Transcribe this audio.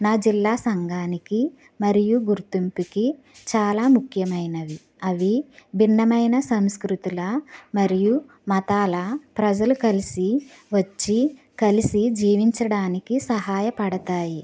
నా జిల్లా సంఘానికి మరియు గుర్తింపుకి చాలా ముఖ్యమైనవి అవి భిన్నమైన సంస్కృతుల మరియు మతాల ప్రజలు కలిసి వచ్చి కలిసి జీవించడానికి సహాయపడతాయి